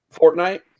Fortnite